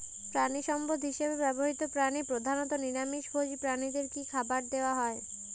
প্রাণিসম্পদ হিসেবে ব্যবহৃত প্রাণী প্রধানত নিরামিষ ভোজী প্রাণীদের কী খাবার দেয়া হয়?